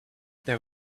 there